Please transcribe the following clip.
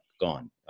gone